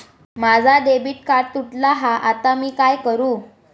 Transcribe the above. माझा debit card तुटला हा आता मी काय करू?